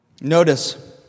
Notice